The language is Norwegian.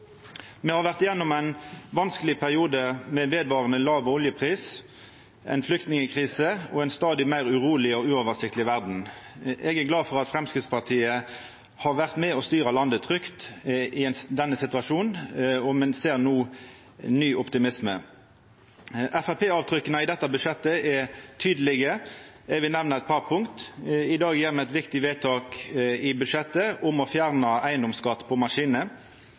Me har vore gjennom ein vanskeleg periode med vedvarande låg oljepris, ei flyktningkrise og ei stadig meir uroleg og uoversiktleg verd. Eg er glad for at Framstegspartiet har vore med på å styra landet trygt i denne situasjonen, og me ser no ny optimisme. Framstegsparti-avtrykka i dette budsjettet er tydelege. Eg vil nemna eit par punkt: I dag gjer me eit viktig vedtak i behandlinga av budsjettet om å fjerna eigedomsskatt på maskiner.